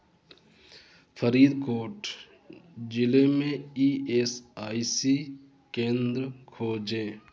फरीदकोट जिले में E S I C केंद्र खोजें